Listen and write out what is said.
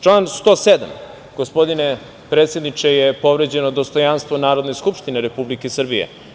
Član 107, gospodine predsedniče, povređeno je dostojanstvo Narodne skupštine Republike Srbije.